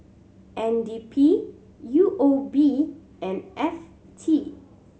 N D P U O B and F T